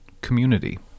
community